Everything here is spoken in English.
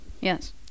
Yes